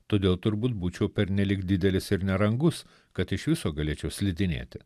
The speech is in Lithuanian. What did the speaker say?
todėl turbūt būčiau pernelyg didelis ir nerangus kad iš viso galėčiau slidinėti